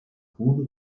wpół